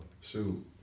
shoot